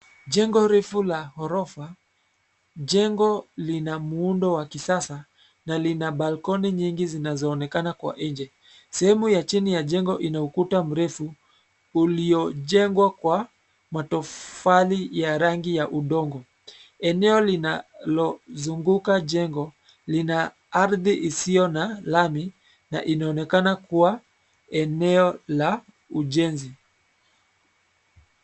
Jengo refu la orofa. Jengo lina muundo wa kisasa na lina balkoni nyingi zinazoonekana kwa nje. Sehemu ya chini ya jengo ina ukuta mrefu uliojengwa kwa matofali ya rangi ya udongo. Eneo linalozunguka jengo lina ardhi isiyo na lami na inaonekana kuwa eneo la ujenzi.